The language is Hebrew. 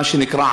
מה שנקרא,